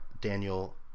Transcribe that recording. Daniel